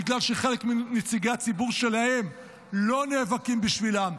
בגלל שחלק מנציגי הציבור שלהם לא נאבקים בשבילם.